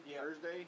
Thursday